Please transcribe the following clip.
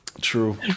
True